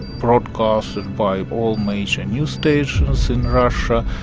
broadcast by all major news stations in russia.